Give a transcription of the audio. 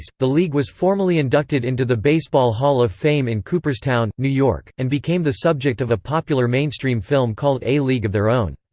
the the league was formally inducted into the baseball hall of fame in cooperstown, new york, and became the subject of a popular mainstream film called a league of their own.